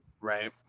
Right